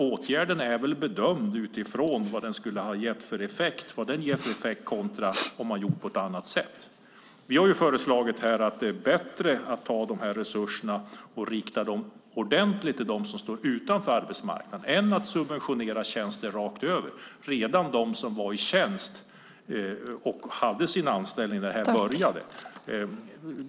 Åtgärden är väl bedömd utifrån vad den ger för effekt kontra om man gör på ett annat sätt. Vi har föreslagit att det är bättre att ta resurserna och rikta dem ordentligt till dem som står utanför arbetsmarknaden än att subventionera rakt över, alltså även till dem som redan hade en anställning när detta började.